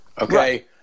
okay